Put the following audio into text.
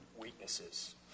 weaknesses